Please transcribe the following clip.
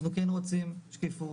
אנחנו כן רוצים שקיפות,